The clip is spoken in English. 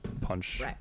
punch